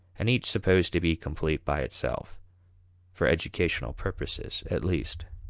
and each supposed to be complete by itself for educational purposes at least.